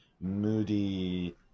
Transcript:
moody